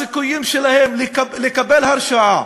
הסיכויים שלהם לקבל הרשעה